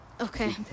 okay